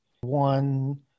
one